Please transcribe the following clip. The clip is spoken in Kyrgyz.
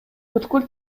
бүткүл